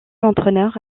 entraîneur